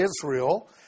Israel